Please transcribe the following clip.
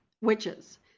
witches